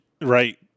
Right